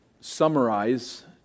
summarize